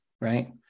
right